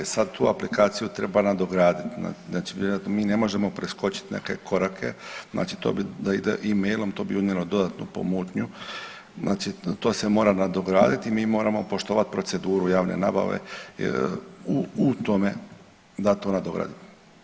Sad tu aplikaciju treba nadogradit, znači vjerojatno mi ne možemo preskočit neke korake, znači to bi da ide e-mailom to bi unijelo dodatnu pomutnju, znači to se mora nadograditi i mi moramo poštovat proceduru javne nabave u tome da to nadogradimo.